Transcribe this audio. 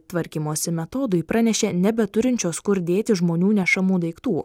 tvarkymosi metodui pranešė nebeturinčios kur dėti žmonių nešamų daiktų